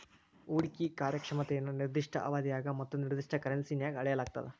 ಹೂಡ್ಕಿ ಕಾರ್ಯಕ್ಷಮತೆಯನ್ನ ನಿರ್ದಿಷ್ಟ ಅವಧ್ಯಾಗ ಮತ್ತ ನಿರ್ದಿಷ್ಟ ಕರೆನ್ಸಿನ್ಯಾಗ್ ಅಳೆಯಲಾಗ್ತದ